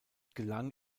gelang